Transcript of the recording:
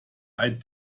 ein